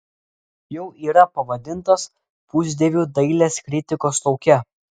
jau yra pavadintas pusdieviu dailės kritikos lauke